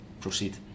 Proceed